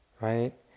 right